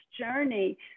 journey